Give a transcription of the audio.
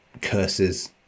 curses